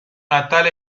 natal